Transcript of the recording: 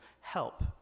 help